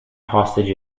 hostage